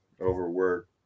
overwork